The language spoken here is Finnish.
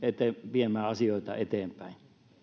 viemään asioita eteenpäin